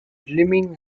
jimmy